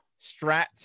Strat